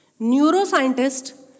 neuroscientist